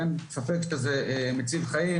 ואין ספק שזה מציל חיים.